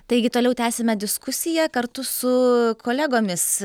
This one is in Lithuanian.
taigi toliau tęsiame diskusiją kartu su kolegomis